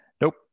Nope